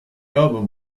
album